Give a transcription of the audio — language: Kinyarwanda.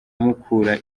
mukura